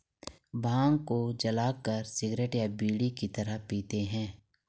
भांग को जलाकर सिगरेट या बीड़ी की तरह पीते हैं